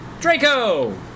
Draco